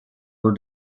were